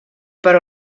però